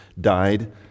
died